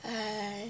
!hais!